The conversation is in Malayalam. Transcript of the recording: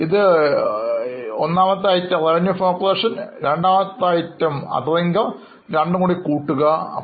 I Revenue from operation II Other income III ഇവ രണ്ടും തമ്മിൽ കൂട്ടിയ തുക